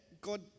God